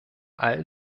all